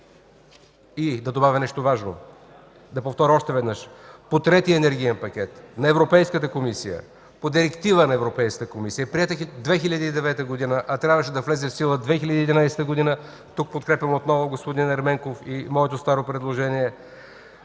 И да добавя нещо важно, да повторя още веднъж – по Третия енергиен пакет на Европейската комисия, по директива на Европейската комисия, приета 2009 г., а трябваше да влезе в сила 2011 г., тук подкрепям отново господин Ерменков и моето старо предложение,